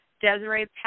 Desiree